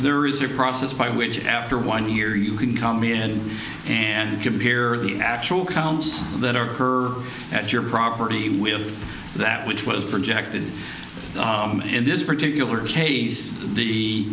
there is a process by which after one year you can come in and compare the actual comes that are her at your property with that which was projected in this particular case the